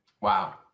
Wow